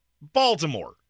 Baltimore